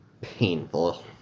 Painful